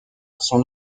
son